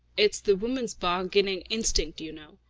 it's the woman's bargaining instinct, you know.